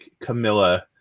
Camilla